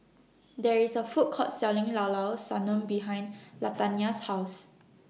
There IS A Food Court Selling Llao Llao Sanum behind Latanya's House